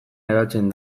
geratzen